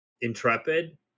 Intrepid